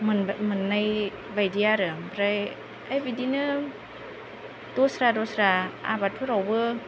मोननाय बायदि आरो ओमफ्राय बिदिनो दस्रा दस्रा आबादफोरावबो